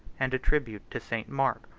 and a tribute to st. mark,